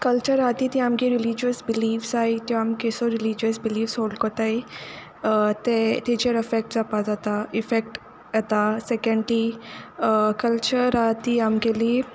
culture आसा ती आमगे रिलीजियस बिलीफ आसाय त्यो आमकां केसो रिलिजीयस बिलीफ कोत्ताय ते तेजेर अफेक्ट जावपा जाता इफेक्ट येता सेकेंडली कल्चर आहा ती आमगेली